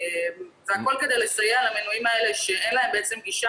הכול כדי לסייע למנויים האלה שאין להם גישה